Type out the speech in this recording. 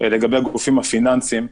לגבי הגופים הפיננסיים.